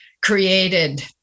created